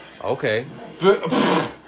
Okay